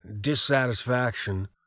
dissatisfaction